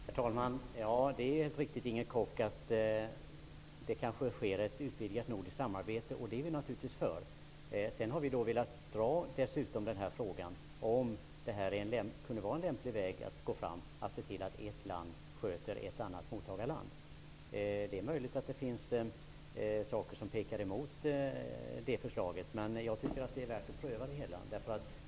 Herr talman! Det är riktigt, Inger Koch, att det sker ett utvidgat nordiskt samarbete, och det är vi naturligtvis för. Sedan har vi velat ta upp frågan om detta kunde vara en lämplig väg att gå fram, dvs. att ett land sköter ett annat mottagarland. Det är möjligt att det finns faktorer som pekar emot det förslaget, men jag tycker att det är värt att pröva.